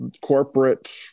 corporate